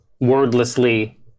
wordlessly